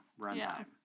runtime